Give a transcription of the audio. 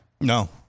No